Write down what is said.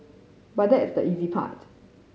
but that is the easy part